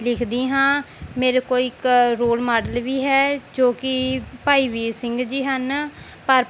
ਲਿਖਦੀ ਹਾਂ ਮੇਰੇ ਕੋਲ ਇੱਕ ਰੋਲ ਮਾਡਲ ਵੀ ਹੈ ਜੋ ਕਿ ਭਾਈ ਵੀਰ ਸਿੰਘ ਜੀ ਹਨ ਪਰ